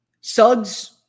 Suggs